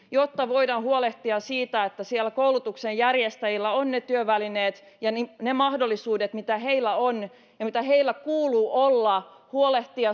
jotta voidaan huolehtia siitä että siellä koulutuksen järjestäjillä on ne työvälineet ja ne mahdollisuudet mitä heillä on ja mitä heillä kuuluu olla